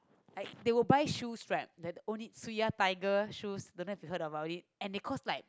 like they will buy shoes strap that only two ya tiger shoe don't know you heard about it and they cost like